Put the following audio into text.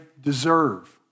deserve